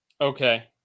okay